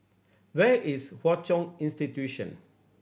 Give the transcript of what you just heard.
where is Hwa Chong Institution